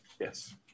Yes